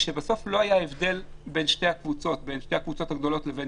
שבסוף לא היה הבדל בין שתי הקבוצות הגדולות לבין